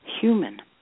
human